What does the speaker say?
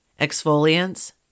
exfoliants